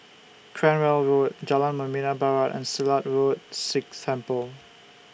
Cranwell Road Jalan Membina Barat and Silat Road Sikh Temple